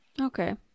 okay